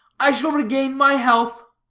i shall regain my health?